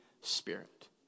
Spirit